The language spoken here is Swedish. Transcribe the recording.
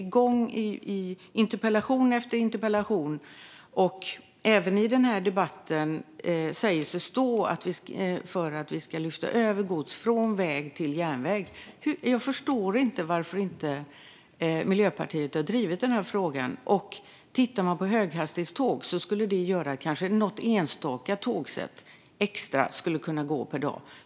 I interpellation efter interpellation och även i den här debatten säger sig Miljöpartiet stå för att vi ska lyfta över gods från väg till järnväg. Jag förstår inte varför inte Miljöpartiet har drivit den här frågan. Höghastighetståg skulle kanske göra att något enstaka extra tågsätt skulle kunna gå per dag.